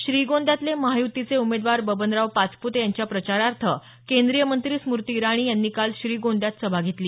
श्रीगोंद्यातले महायुतीचे उमेदवार बबनराव पाचप्ते यांच्या प्रचारार्थ केंद्रीय मंत्री स्मृती इराणी यांची काल श्रीगोंद्यात सभा झाली